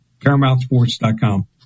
paramountsports.com